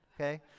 okay